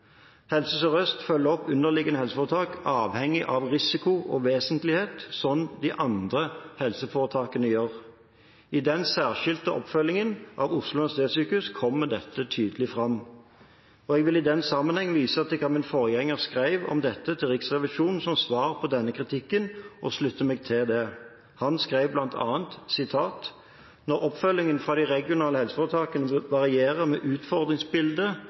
Helse Sør-Øst følger opp underliggende helseforetak avhengig av risiko og vesentlighet, slik de andre helseforetakene gjør. I den særskilte oppfølgingen av Oslo universitetssykehus kommer dette tydelig fram. Jeg vil i den sammenheng vise til hva min forgjenger skrev om dette til Riksrevisjonen som svar på denne kritikken, og slutter meg til det. Han skrev bl.a.: «Når oppfølging fra det regionale helseforetaket varierer med